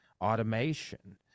automation